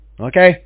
Okay